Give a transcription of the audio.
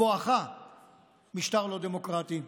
בואכה משטר לא דמוקרטי.